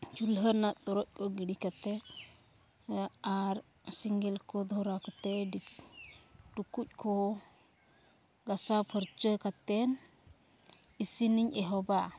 ᱪᱩᱞᱦᱟᱹ ᱨᱮᱱᱟᱜ ᱛᱚᱨᱚᱡᱽ ᱠᱚ ᱜᱤᱰᱤ ᱠᱟᱛᱮᱫ ᱟᱨ ᱥᱮᱸᱜᱮᱞ ᱠᱚ ᱫᱷᱚᱨᱟᱣ ᱠᱟᱛᱮᱫ ᱴᱩᱠᱩᱡᱽ ᱠᱚ ᱜᱟᱥᱟᱣ ᱯᱷᱟᱹᱨᱪᱟᱹ ᱠᱟᱛᱮᱫ ᱤᱥᱤᱱᱤᱧ ᱮᱦᱚᱵᱟ